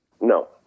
No